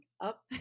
up